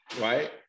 right